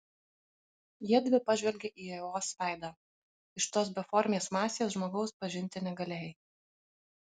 jiedvi pažvelgė į ievos veidą iš tos beformės masės žmogaus pažinti negalėjai